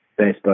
Facebook